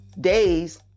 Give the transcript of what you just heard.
days